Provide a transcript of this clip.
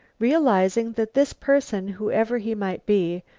realizing that this person, whoever he might be,